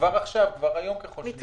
כבר עכשיו, כבר היום אתה יכול --- נכון.